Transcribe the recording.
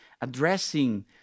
addressing